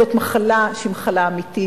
זו מחלה שהיא מחלה אמיתית,